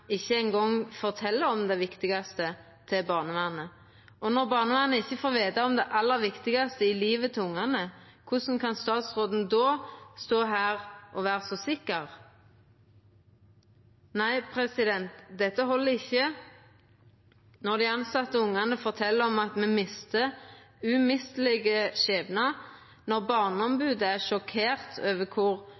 om det viktigaste til barnevernet. Og når barnevernet ikkje får vita om det aller viktigaste i livet til ungane, korleis kan statsråden då stå her og vera så sikker? Nei, dette held ikkje. Når dei tilsette og ungane fortel at dei mister umistelege skjebnar, når barneombodet er sjokkert over kor